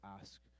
ask